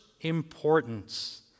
importance